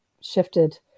shifted